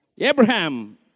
Abraham